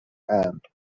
aunt